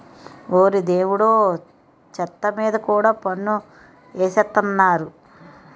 ఓరి దేవుడో చెత్త మీద కూడా పన్ను ఎసేత్తన్నారు